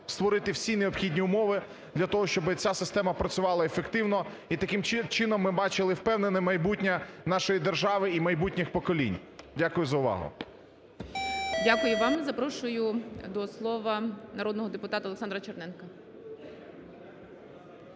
створити всі необхідні умови для того, щоби ця система працювала ефективно і таким чином ми бачили впевнене майбутнє нашої держави і майбутніх поколінь. Дякую за увагу. ГОЛОВУЮЧИЙ. Дякую вам. Запрошую до слова народного депутата Олександра Черненка.